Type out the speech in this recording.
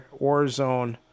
Warzone